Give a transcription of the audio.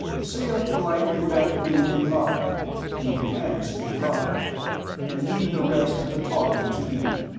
say a polite good afternoon in lhari you can speak lhari and leave the rest of the talking to me.